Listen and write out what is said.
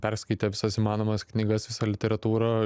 perskaitė visas įmanomas knygas visą literatūrą